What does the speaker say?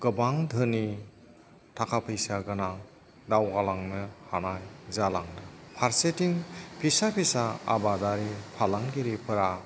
गोबां धोनि थाखा फैसा गोनां दावगालांनो हानाय जालांदों फारसेथिं फिसा फिसा आबादारि फालांगिरिफोरा